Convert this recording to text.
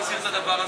עיסאווי פריג'